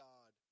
God